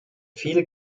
viel